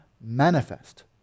manifest